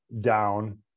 down